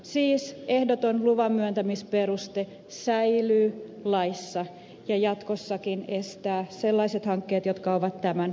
siis ehdoton luvan myöntämisperuste säilyy laissa ja jatkossakin estää sellaiset hankkeet jotka ovat tämän vastaisia